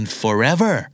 forever